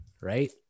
Right